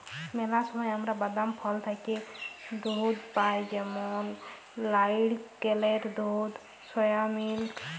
ম্যালা সময় আমরা বাদাম, ফল থ্যাইকে দুহুদ পাই যেমল লাইড়কেলের দুহুদ, সয়া মিল্ক